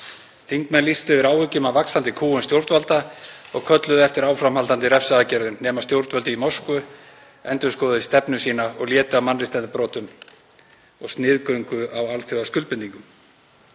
Þingmenn lýstu yfir áhyggjum af vaxandi kúgun stjórnvalda og kölluðu eftir áframhaldandi refsiaðgerðum nema stjórnvöld í Moskvu endurskoðuðu stefnu sína og létu af mannréttindabrotum og sniðgöngu á alþjóðaskuldbindingum.